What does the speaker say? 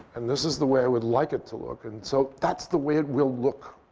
and this is the way i would like it to look. and so that's the way it will look.